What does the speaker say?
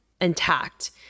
intact